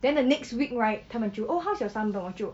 then the next week right 他们就 oh how's your sun burn 我就